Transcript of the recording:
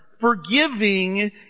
forgiving